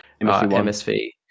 MSV